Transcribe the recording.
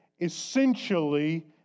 essentially